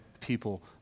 people